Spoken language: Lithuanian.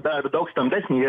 dar daug stambesnį